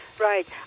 Right